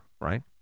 right